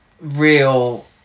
real